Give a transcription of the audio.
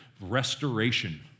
Restoration